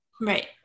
Right